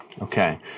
Okay